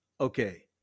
okay